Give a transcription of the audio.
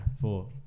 Four